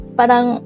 parang